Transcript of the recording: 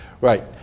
Right